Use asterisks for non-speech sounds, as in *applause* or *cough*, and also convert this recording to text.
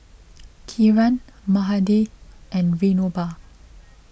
*noise* Kiran Mahade and Vinoba